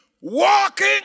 Walking